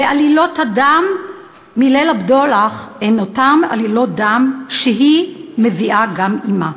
עלילות הדם מ"ליל הבדולח" הן אותן עלילות דם שהיא מביאה גם עמה.